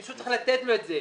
מישהו צריך לתת לו את זה.